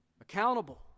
accountable